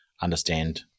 understand